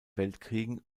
weltkriegen